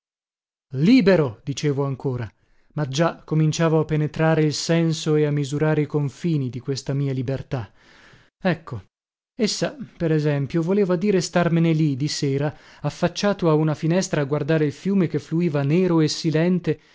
libero dicevo ancora ma già cominciavo a penetrare il senso e a misurare i confini di questa mia libertà ecco essa per esempio voleva dire starmene lì di sera affacciato a una finestra a guardare il fiume che fluiva nero e silente